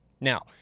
now